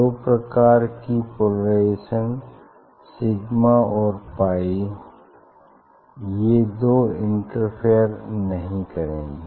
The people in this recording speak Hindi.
दो प्रकार की पोलराइजेशन सिग्मा और पाई ये दो इंटरफेयर नहीं करेंगी